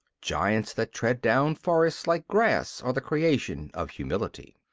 giants that tread down forests like grass are the creations of humility.